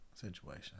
situation